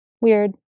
weird